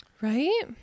Right